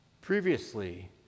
previously